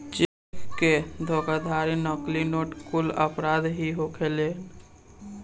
check के धोखाधड़ी, नकली नोट कुल अपराध ही होखेलेन